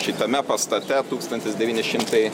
šitame pastate tūkstantis devyni šimtai